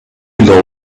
law